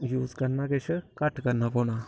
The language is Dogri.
यूज़ करना किश घट्ट करना पौना